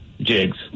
jigs